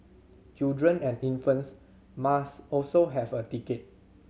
children and infants must also have a ticket